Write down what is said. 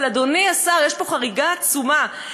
אבל, אדוני השר, יש חריגה עצומה.